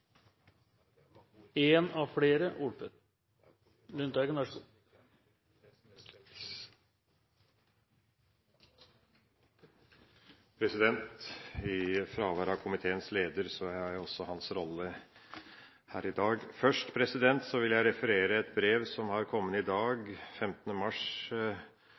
en av flere ordførere i saken. I fravær av komiteens leder har jeg hans rolle her i dag. Først vil jeg referere fra et brev – av 15. mars – som er kommet i dag